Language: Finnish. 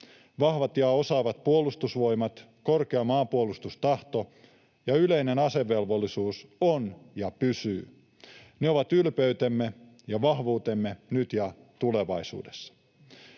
Vahva ja osaava Puolustusvoimat, korkea maanpuolustustahto ja yleinen asevelvollisuus on ja pysyy. Ne ovat ylpeytemme ja vahvuutemme nyt ja tulevaisuudessa.